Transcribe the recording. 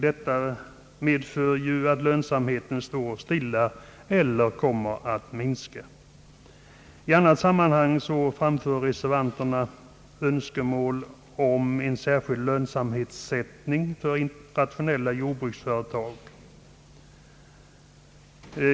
Detta medför ju att lönsamheten står stilla eller kommer att minska. I annat sammanhang framför reservanterna önskemål om en särskild lönsamhetssättning för rationella jordbruksföretag.